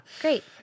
Great